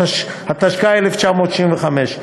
התשכ"ה 1965,